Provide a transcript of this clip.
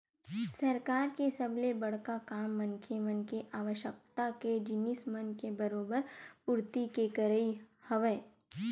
सरकार के सबले बड़का काम मनखे मन के आवश्यकता के जिनिस मन के बरोबर पूरति के करई हवय